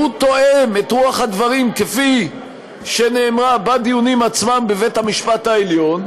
שהוא תואם את רוח הדברים כפי שנאמרה בדיונים עצמם בבית-המשפט העליון,